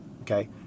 Okay